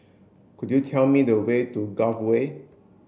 could you tell me the way to Gul Way